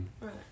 Right